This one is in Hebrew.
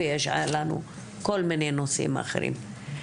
ויש לנו כל מיני דברים אחרים.